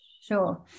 Sure